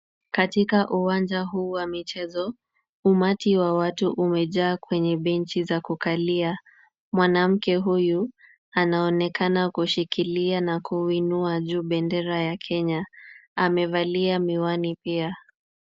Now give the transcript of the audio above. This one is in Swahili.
Katika uwanja huu wa michezo, umati wa watu umejaa kwenye benchi za kukalia. Mwanamke huyu anaonekana kushikilia na kuinua juu bendera ya Kenya. Amevalia miwani pia.